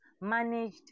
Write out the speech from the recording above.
managed